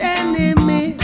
enemy